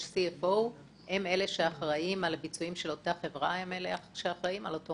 יש CFO. הם אלה שאחראים על הביצועים של אותה חברה,